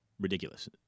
ridiculous